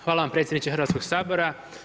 Hvala vam predsjedniče Hrvatskog sabora.